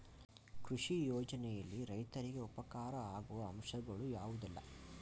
ಕೃಷಿ ಯೋಜನೆಯಲ್ಲಿ ರೈತರಿಗೆ ಉಪಕಾರ ಆಗುವ ಅಂಶಗಳು ಯಾವುದೆಲ್ಲ?